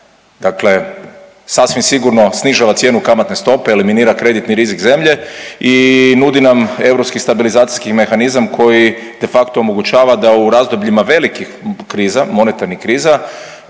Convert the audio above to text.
Dakle sasvim sigurno snižava cijenu kamatne stope, eliminira kreditni rizik zemlje i nudi nam europski stabilizacijski mehanizam koji de facto omogućava da u razdobljima velikih kriza, monetarnih kriza